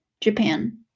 Japan